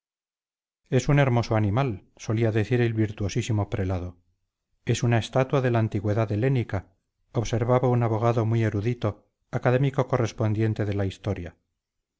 es un hermoso animal solía decir el virtuosísimo prelado es una estatua de la antigüedad helénica observaba un abogado muy erudito académico correspondiente de la historia